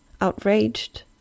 Outraged